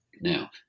Now